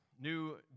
new